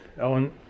Ellen